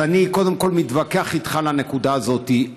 אז אני קודם כול מתווכח איתך על הנקודה הזאת.